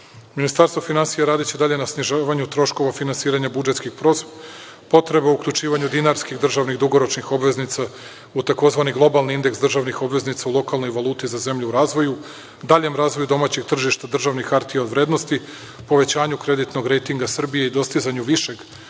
Bajmok. Ministarstvo finansija radiće dalje na snižavanju troškova finansiranja budžetskih potreba, uključivanja dinarskih državnih dugoročnih obveznica u tzv. globalni indeks državnih obveznica u lokalnoj valuti za zemlje u razvoju, daljem razvoju domaćeg tržišta državnih hartija od vrednosti, povećanju kreditnog rejtinga Srbije i dostizanju višeg